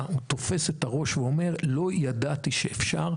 אני הזכרתי את היכולות הטכנולוגיות ואת מה שאפשרי.